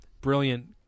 brilliant